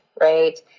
right